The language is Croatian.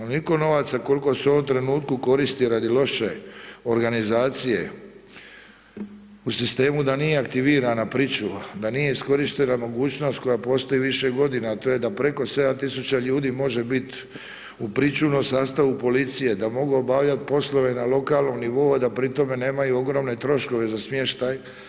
Onoliko novaca koliko se u ovom trenutku koristi radi loše organizacije u sistemu da nije aktivirana pričuva, da nije iskorištena mogućnost koja postoji više godina a to je da preko 7000 ljudi može biti u pričuvnoj sastavi policije, da mogu obavljati poslove na lokalnom nivou a da pri tome nemaju ogromne troškove za smještaj.